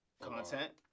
Content